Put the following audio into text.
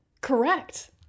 Correct